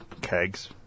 Kegs